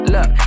Look